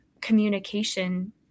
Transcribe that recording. communication